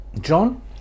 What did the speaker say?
John